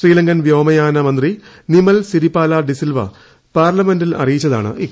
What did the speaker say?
ശ്രീലങ്കൻ വ്യോമയാന മന്ത്രി നിമൽ സിരിപാല ഡിസിൽവ പാർലമെന്റിൽ അറിയിച്ചതാണ് ഇക്കാര്യം